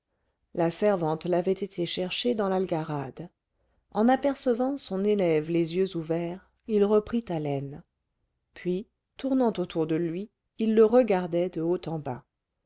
la servante l'avait été chercher dans l'algarade en apercevant son élève les yeux ouverts il reprit haleine puis tournant autour de lui il le regardait de haut en bas